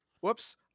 Whoops